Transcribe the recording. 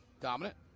dominant